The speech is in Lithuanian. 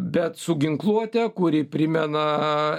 bet su ginkluote kuri primena